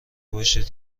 باشید